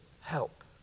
help